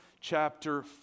chapter